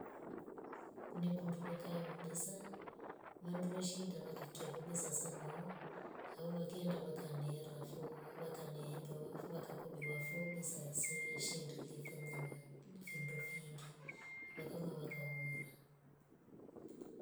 Ni kundukwe ka ma besa vandu weshinda wekya kyavo besa samwa wo hau vakaenda wakanira foo. wakaniemba wafo w akakobi wafo besa yase shinduli fanya ma findofingi wakama wakaoura